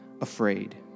afraid